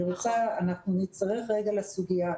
אנחנו נצטרך רגע לסוגיה,